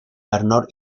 bernard